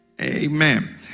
Amen